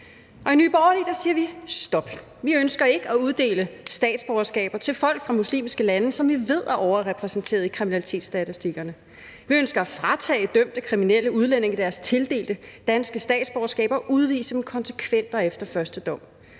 i Nye Borgerlige siger vi: Stop. Vi ønsker ikke at uddele statsborgerskaber til folk fra muslimske lande, som vi ved er overrepræsenteret i kriminalitetsstatistikkerne. Vi ønsker at fratage dømte kriminelle udlændinge deres tildelte danske statsborgerskaber og udvise dem konsekvent og efter første dom.